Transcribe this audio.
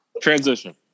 Transition